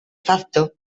facto